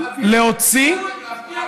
כמה